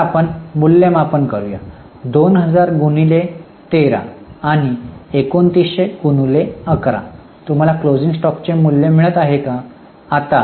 आता आपण मूल्यमापन करू या २००० X 13 आणि 2900 X ११ तुम्हाला क्लोजरिंग स्टॉकचे मूल्य मिळत आहे काय